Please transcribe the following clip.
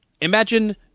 Imagine